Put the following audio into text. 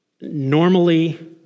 Normally